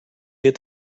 hit